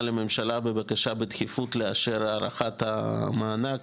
לממשלה בבקשה בדחיפות לאשר את הארכת המענק.